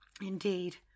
Indeed